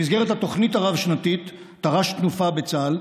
במסגרת התוכנית הרב-שנתית תר"ש תנופה בצה"ל,